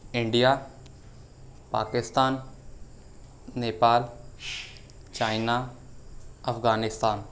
India Pakistan Nepal China Afghanistan